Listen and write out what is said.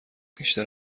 بیشتر